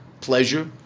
Pleasure